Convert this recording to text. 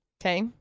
okay